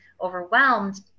overwhelmed